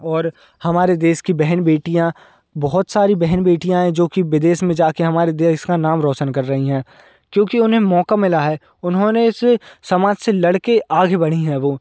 और हमारे देश की बहन बेटियाँ बहुत सारी बहन बेटियाँ हैं जो कि विदेश में जा के हमारे देश का नाम रौशन कर रहीं हैं क्योकि उन्हें मौका मिला है उन्होंने इस समाज से लड़ कर आगे बढ़ीं हैं वो